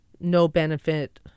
no-benefit